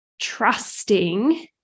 trusting